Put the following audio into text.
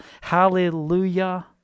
Hallelujah